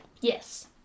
Yes